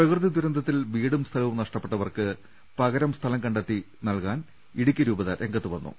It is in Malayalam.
പ്രകൃതി ദുരന്തത്തിൽ വീടും സ്ഥലവും നഷ്ടപ്പെട്ടവർക്ക് പകരം സ്ഥലം കണ്ടെത്തി നൽകാൻ ഇടുക്കി രൂപത രംഗ ത്തുവന്നു